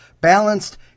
balanced